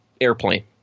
airplane